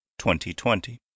2020